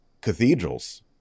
Cathedrals